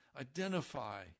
Identify